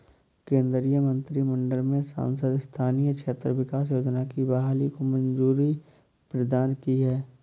केन्द्रीय मंत्रिमंडल ने सांसद स्थानीय क्षेत्र विकास योजना की बहाली को मंज़ूरी प्रदान की है